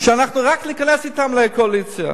שאנחנו רק ניכנס אתם לקואליציה,